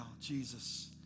Jesus